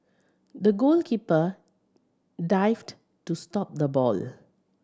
the goalkeeper dived to stop the ball